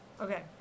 Okay